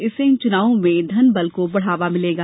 इससे इन चुनावों में धन बल को बढ़ावा मिलेगा